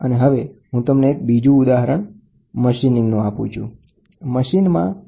અને હવે હું તમને બીજા ઉદાહરણમાં મશીનીગ તરફ લઈ જઈશ